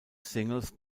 singles